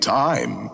time